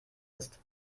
ist